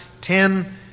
ten